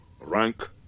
rank